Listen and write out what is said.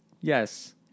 Yes